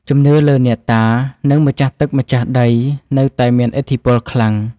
ជំនឿលើអ្នកតា និងម្ចាស់ទឹកម្ចាស់ដី នៅតែមានឥទ្ធិពលខ្លាំង។